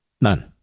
None